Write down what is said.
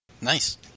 Nice